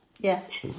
Yes